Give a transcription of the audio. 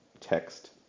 text